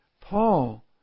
Paul